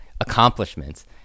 accomplishments